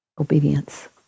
obedience